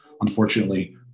unfortunately